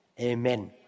Amen